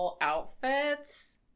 outfits